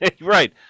Right